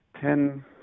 ten –